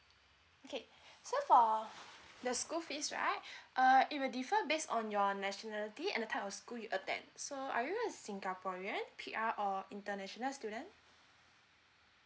okay so for the school fees right uh it will differ based on your nationality and the type of school you attend so are you a singaporean P_R or international student